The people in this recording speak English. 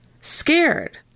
scared